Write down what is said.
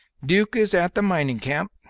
duke is at the mining camp,